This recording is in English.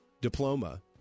diploma